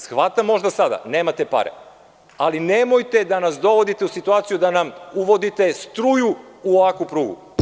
Shvatam možda sada, nemate pare, ali nemojte da nas dovodite u situaciju da nam uvodite struju u ovakvu prugu.